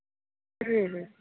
ᱦᱩᱸ ᱦᱩᱸ